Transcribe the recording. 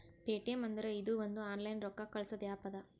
Paytm ಅಂದುರ್ ಇದು ಒಂದು ಆನ್ಲೈನ್ ರೊಕ್ಕಾ ಕಳ್ಸದು ಆ್ಯಪ್ ಅದಾ